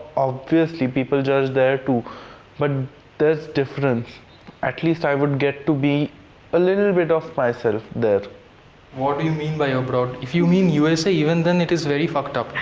obviously people judge there too but there's difference atleast i would get to be a little bit of myself sort of there what do you mean by abroad? if you mean usa, even then it is very fucked up!